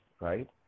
right